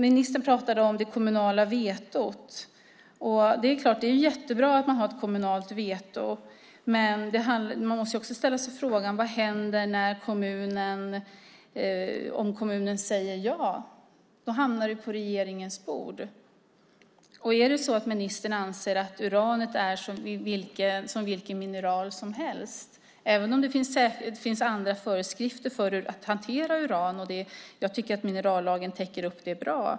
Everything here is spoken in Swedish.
Ministern pratade om det kommunala vetot. Det är jättebra att man har ett kommunalt veto, men vi måste också ställa oss frågan: Vad händer om kommunen säger ja? Då hamnar det på regeringens bord. Anser ministern att uran är som vilket mineral som helst, även om det finns andra föreskrifter för att hantera uran? Jag tycker att minerallagen täcker upp det bra.